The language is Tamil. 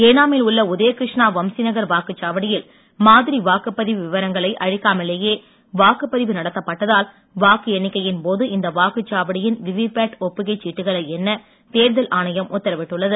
ஏனா மில் உள்ள உதயகிருஷ்னா வம்சிநகர் வாக்குச்சாவடியில் மாதிரி வாக்குப்பதிவு விவரங்களை அழிக்காமலேயே வாக்குப்பதிவு நடத்தப்பட்டதால் வாக்கு எண்ணிக்கையின் போது இந்த வாக்குச்வாவடியின் விவிபேட் ஒப்புகை சீட்டுகளை எண்ண தேர்தல் ஆணையம் உத்தரவிட்டுள்ளது